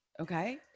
Okay